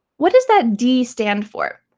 what does that d stand for?